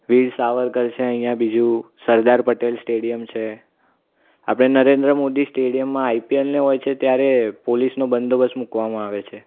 વીર સાવરકર છે અહીં બીજું સરદાર પટેલ સ્ટેડિયમ છે આપણે નરેન્દ્ર મોદી સ્ટેડિયમમાં આઇપીએલને હોય છે ત્યારે પોલીસનો બંદોબસ્ત મૂકવામાં આવે છે